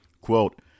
Quote